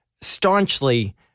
staunchly